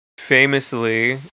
famously